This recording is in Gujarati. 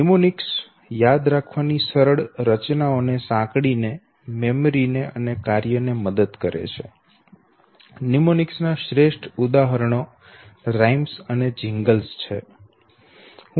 નેમોનિક્સ યાદ રાખવાની સરળ રચનાઓ ને સાંકળીને મેમરી ને અને કાર્યને મદદ કરે છે નેમોનિક્સ ના શ્રેષ્ઠ ઉદાહરણો છંદો અને જિંગલ્સ છે